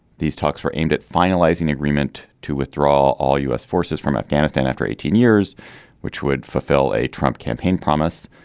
these talks were aimed at finalizing an agreement to withdraw all u s. forces from afghanistan after eighteen years which would fulfill a trump campaign promise.